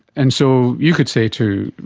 and so you could say to,